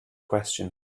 question